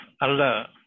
Allah